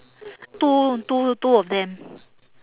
two two two of them